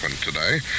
today